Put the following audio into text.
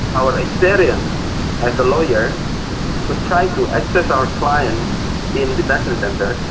our experience as lawyers, we try to access our clients in detention centres,